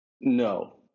No